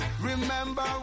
Remember